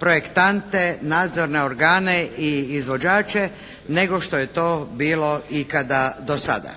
projektante, nadzorne organe i izvođače nego što je bilo ikada dosada.